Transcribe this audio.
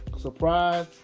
surprise